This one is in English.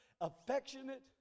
affectionate